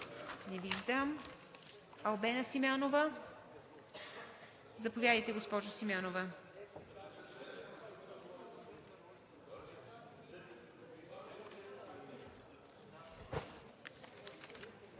Не виждам. Албена Симеонова? Заповядайте, госпожо Симеонова.